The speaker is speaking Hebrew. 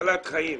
הצלת חיים.